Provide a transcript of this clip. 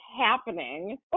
happening